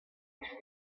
station